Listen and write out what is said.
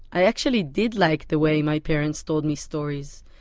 i actually did like the way my parents told me stories,